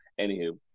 Anywho